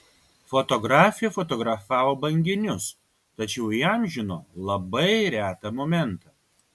fotografė fotografavo banginius tačiau įamžino labai retą momentą